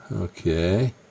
Okay